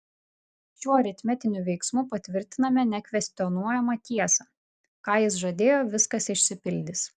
šiuo aritmetiniu veiksmu patvirtiname nekvestionuojamą tiesą ką jis žadėjo viskas išsipildys